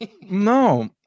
No